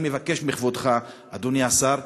אני מבקש מכבודך, אדוני השר,